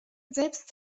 selbst